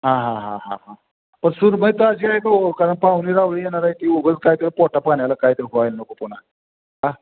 हां हां हां हां हां पण सुरमई ताजी आहे का ओ कारण पाहुणे रावळे येणार आहे की उगाच कायतरी पोटापाण्याला कायतरी व्हायला नको पुन्हा हा